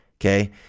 Okay